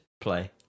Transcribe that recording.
play